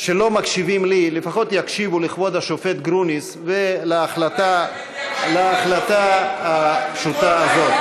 שלא מקשיבים לי לפחות יקשיבו לכבוד השופט גרוניס ולהחלטה הפשוטה הזאת.